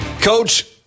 Coach